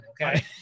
Okay